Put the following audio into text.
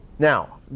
Now